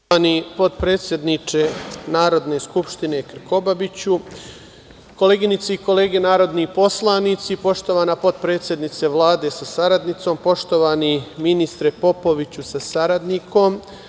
Poštovani potpredsedniče Narodne skupštine Krkobabiću, koleginice i kolege narodni poslanici, poštovana potpredsednice Vlade sa saradnicom, poštovani ministre Popoviću sa saradnikom.